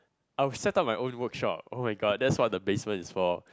I would set up my own workshop [oh]-my-god that's what the basement is for